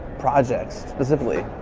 projects, specifically?